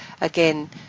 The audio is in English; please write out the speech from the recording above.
again